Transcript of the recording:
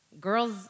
Girls